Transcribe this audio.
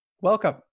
Welcome